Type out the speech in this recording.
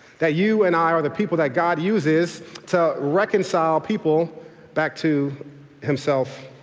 that you and i are the people that god uses to reconcile people back to himself.